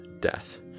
Death